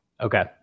okay